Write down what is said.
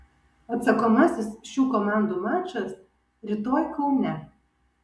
atsakomasis šių komandų mačas rytoj kaune